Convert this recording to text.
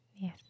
Yes